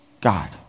God